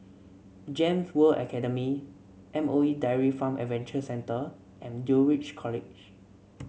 Gems World Academy M O E Dairy Farm Adventure Centre and Dulwich College